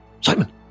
Simon